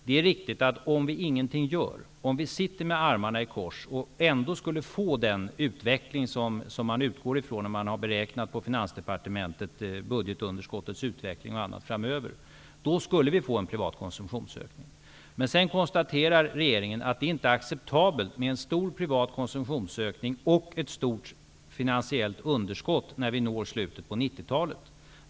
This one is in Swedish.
Det är riktigt att om vi ingenting gör, om vi sitter med armarna i kors och ändå skulle få den utveckling som man utgår från när man på Finansdepartementet har beräknat budgetunderskottets utveckling och annat framöver, skulle vi få en privat konsumtionsökning. Men sedan konstaterar regeringen att det inte är acceptabelt med en stor privat konsumtionsökning och ett stort finansiellt underskott när vi når slutet på 90-talet.